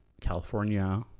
California